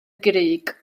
grug